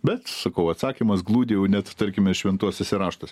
bet sakau atsakymas glūdi jau net tarkime šventuosiuose raštuos